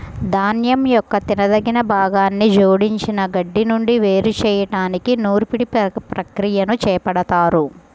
ధాన్యం యొక్క తినదగిన భాగాన్ని జోడించిన గడ్డి నుండి వేరు చేయడానికి నూర్పిడి ప్రక్రియని చేపడతారు